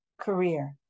career